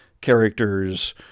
characters